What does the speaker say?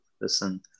listen